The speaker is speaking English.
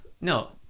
No